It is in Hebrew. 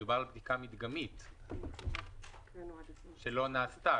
מדובר בבדיקה מדגמית שלא נעשתה,